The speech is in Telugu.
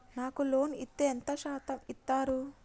నాకు లోన్ ఇత్తే ఎంత శాతం ఇత్తరు?